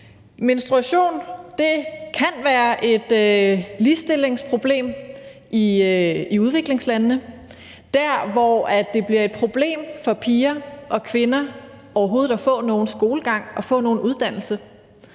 Menstruation kan være et ligestillingsproblem i udviklingslandene, altså der, hvor det er et problem for piger og kvinder overhovedet at få nogen skolegang og uddannelse.